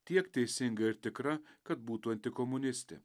tiek teisinga ir tikra kad būtų antikomunistinė